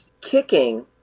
kicking